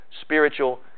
spiritual